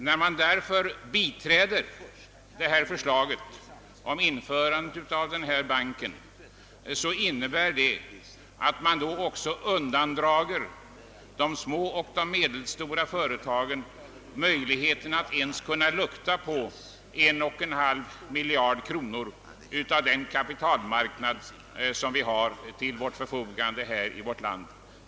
När man biträder detta förslag om införandet av denna nya bank innebär det därför också, att man undandrar de små och medelstora företagen möjligheterna att ens kunna lukta på 1,5 miljard kronor av den kapitalmarknad som vi har till vårt förfogande i detta land.